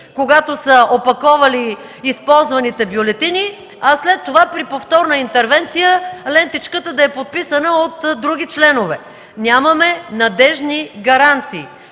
когато са опаковали използваните бюлетини, а след това при повторна интервенция лентичката да е подписана от други членове. Нямаме надеждни гаранции,